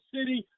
City